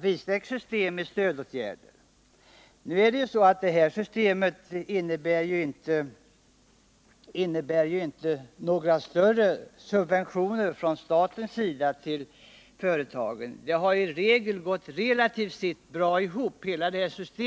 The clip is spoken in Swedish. vidsträckt system med stödåtgärder. Vårt exportkreditsystem innebär inga större statliga subventioner till företagen, utan det har relativt sett gått bra ihop.